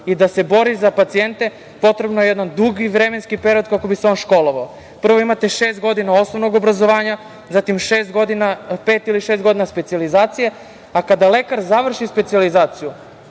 i da se bori za pacijente potreban je jedan dugi vremenski period kako bi se on školovao. Prvo imate šest godina osnovnog obrazovanja, zatim pet ili šest godina specijalizacije, a kada lekar završi specijalizaciju